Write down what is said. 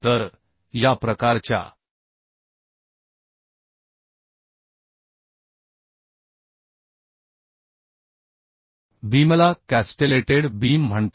तर या प्रकारच्या बीमला कॅस्टेलेटेड बीम म्हणतात